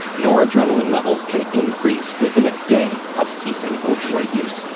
noradrenaline levels can increase within a day of ceasing opioid use.